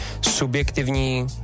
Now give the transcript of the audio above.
subjektivní